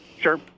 Sure